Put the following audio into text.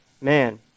man